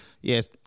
Yes